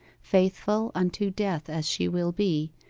faithful unto death as she will be,